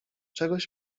czegoś